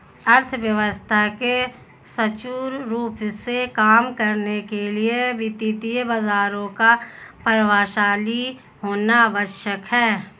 अर्थव्यवस्था के सुचारू रूप से काम करने के लिए वित्तीय बाजारों का प्रभावशाली होना आवश्यक है